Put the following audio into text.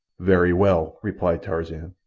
very well, replied tarzan,